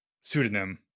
pseudonym